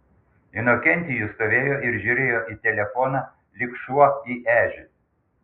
inokentijus stovėjo ir žiūrėjo į telefoną lyg šuo į ežį